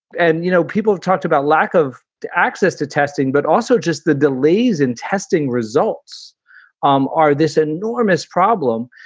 and, you know, people have talked about lack of access to testing, but also just the delays in testing results um are this enormous problem.